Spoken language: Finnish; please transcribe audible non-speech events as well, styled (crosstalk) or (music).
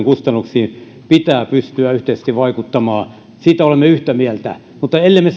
(unintelligible) kustannuksiin pitää pystyä yhteisesti vaikuttamaan olemme yhtä mieltä mutta ellemme (unintelligible)